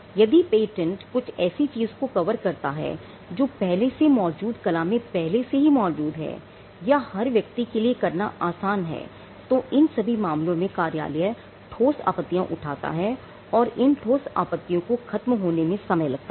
यदि patent कुछ ऐसी चीज को कवर करता है जो पहले से मौजूद कला में पहले ही मौजूद है या हर व्यक्ति के लिए करनी आसान हैतो इन सभी मामलों में कार्यालय ठोस आपत्तियां उठाता है और इन ठोस आपत्तियों को खत्म होने में समय लगता है